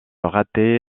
raté